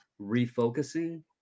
refocusing